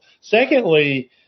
Secondly